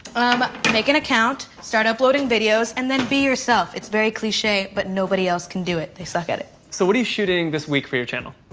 um, make an account, start uploading videos, and then be yourself. it's very cliche, but nobody else can do it. they suck at it. so what are you shooting this week for your channel?